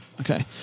Okay